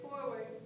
forward